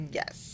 yes